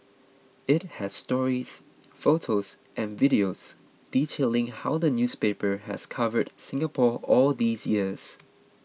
it has stories photos and videos detailing how the newspaper has covered Singapore all these years